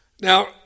Now